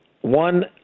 One